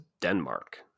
Denmark